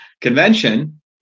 convention